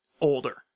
older